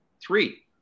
three